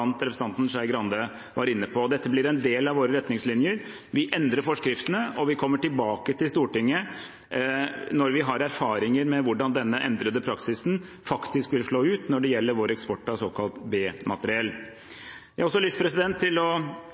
representanten Skei Grande var inne på. Dette blir en del av våre retningslinjer. Vi endrer forskriftene. Vi kommer tilbake til Stortinget når vi har erfaringer med hvordan denne endrede praksisen vil slå ut når det gjelder vår eksport av såkalt B-materiell. Jeg har også lyst til å